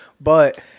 but-